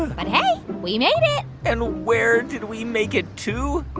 but hey, we made it and where did we make it to?